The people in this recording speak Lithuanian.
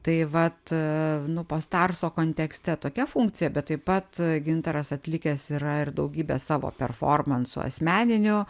tai vat nu post arso kontekste tokia funkcija bet taip pat gintaras atlikęs yra ir daugybę savo performansų asmeninių